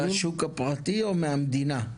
בשוק הפרטי או מהמדינה?